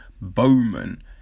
Bowman